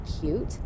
cute